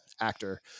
actor